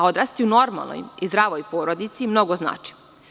Odrasti u normalnoj i zdravoj porodici mnogo znači.